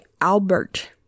Albert